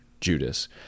Judas